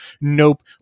Nope